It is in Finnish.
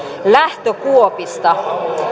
lähtökuopista